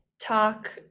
talk